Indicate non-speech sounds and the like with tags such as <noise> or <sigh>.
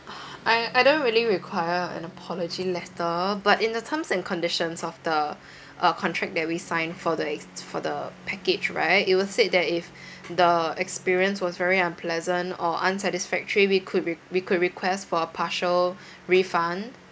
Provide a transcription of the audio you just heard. <noise> I I don't really require an apology letter but in the terms and conditions of the <breath> uh contract that we signed for the for the package right it was said that if the experience was very unpleasant or unsatisfactory we could re~ we could request for a partial <breath> refund